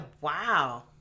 Wow